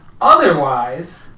Otherwise